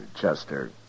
Chester